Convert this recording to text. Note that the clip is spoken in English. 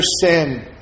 sin